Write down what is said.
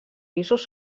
pisos